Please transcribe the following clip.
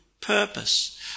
purpose